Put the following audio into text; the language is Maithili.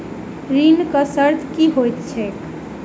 ऋणक शर्त की होइत छैक?